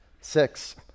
six